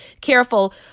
careful